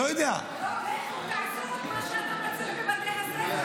איך תעשו את מה שאתה מציע בבתי הספר?